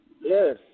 Yes